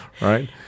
right